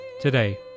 today